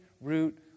root